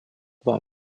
вам